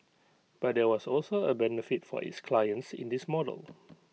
but there was also A benefit for its clients in this model